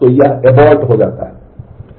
तो यह एबोर्ट हो जाता है